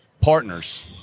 partners